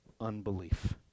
unbelief